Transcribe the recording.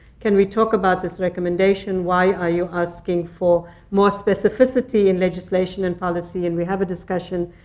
can we talk about this recommendation? why are you asking for more specificity in legislation and policy? and we have a discussion.